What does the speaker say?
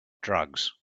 drugs